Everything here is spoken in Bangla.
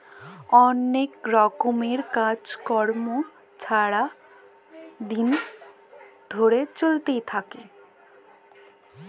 অলেক রকমের কাজ কম্ম ছারা দিল ধ্যইরে চইলতে থ্যাকে